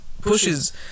pushes